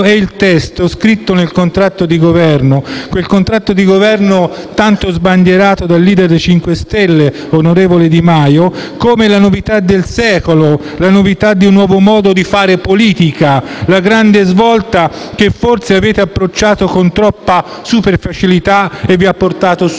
è il testo scritto nel contratto di Governo, tanto sbandierato dal *leader* dei 5 Stelle, onorevole Di Maio, come la novità del secolo, un nuovo modo di fare politica, la grande svolta, che forse avete approcciato con troppa superficialità e vi ha portato subito